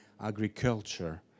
agriculture